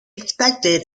expected